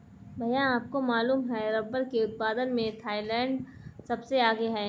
भैया आपको मालूम है रब्बर के उत्पादन में थाईलैंड सबसे आगे हैं